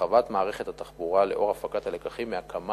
הרחבת מערכת התחבורה תתבצע לאור הפקת הלקחים מהקמת